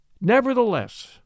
Nevertheless